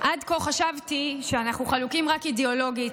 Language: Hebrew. עד כה חשבתי שאנחנו חלוקים רק אידיאולוגית,